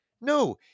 No